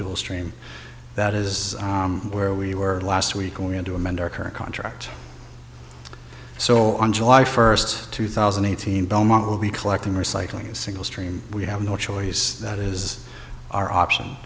will stream that is where we were last week going to amend our current contract so on july first two thousand and eighteen belmont will be collecting recycling a single stream we have no choice that is our option